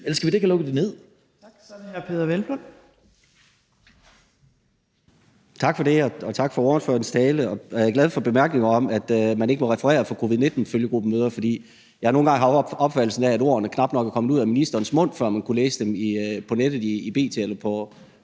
Kl. 14:39 Peder Hvelplund (EL): Tak for det, og tak for ordførerens tale. Jeg er glad for bemærkningen om, at man ikke må referere fra covid-19-følgegruppemøder, for jeg har nogle gange haft opfattelsen af, at ordene knap nok var kommet ud af ministerens mund, før man kunne læse dem på nettet, i B.T. eller på